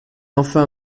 enfin